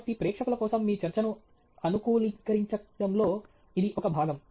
కాబట్టి ప్రేక్షకుల కోసం మీ చర్చను అనుకూలీకరించడంలో ఇది ఒక భాగం